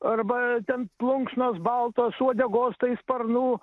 arba ten plunksnos baltos uodegos tai sparnų